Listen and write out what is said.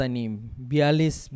Bialis